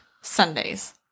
Sundays